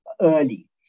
early